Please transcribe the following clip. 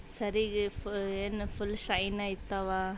ಸರಿಗೆ ಫು ಏನು ಫುಲ್ ಶೈನ್ ಆಯ್ತವ